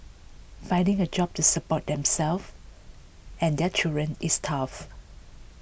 finding a job to support themselves and their children is tough